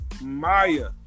Maya